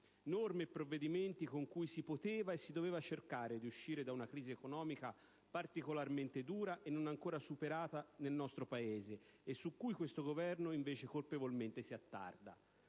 norme e provvedimenti si poteva e si doveva cercare di uscire da una crisi economica particolarmente dura e non ancora superata nel nostro Paese e su cui il Governo invece colpevolmente si attarda.